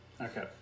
Okay